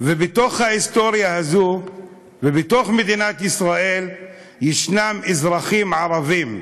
ובתוך ההיסטוריה הזו ובתוך מדינת ישראל יש אזרחים ערבים.